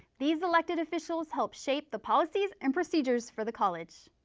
these elected officials help shape the policies and procedures for the college.